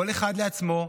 כל אחד לעצמו,